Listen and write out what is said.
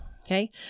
Okay